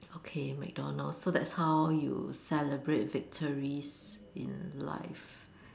okay McDonalds so that's how you celebrate victories in life